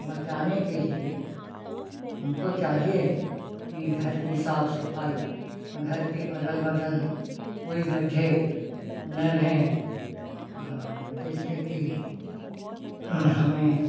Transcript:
बचाने के लिए हमको चाहिए कि घर की साफ़ सफ़ाई घर के अगल बगल कोई गड्ढे न रहें और जिससे कि हमें